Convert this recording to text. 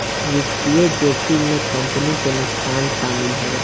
वित्तीय जोखिम में कंपनी के नुकसान शामिल हवे